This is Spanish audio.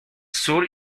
sur